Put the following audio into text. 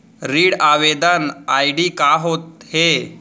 ऋण आवेदन आई.डी का होत हे?